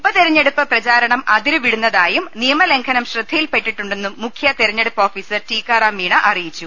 ഉപതെരഞ്ഞെടുപ്പ് പ്രചാരണം അതിരുവിടുന്നതായും നിയമ ലംഘനം ശ്രദ്ധയിൽപ്പെട്ടിട്ടുണ്ടെന്നും മുഖ്യ തെരഞ്ഞെടുപ്പ് ഓഫീ സർ ടിക്കാറാം മീണ അറിയിച്ചു